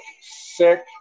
sick